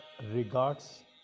regards